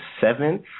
seventh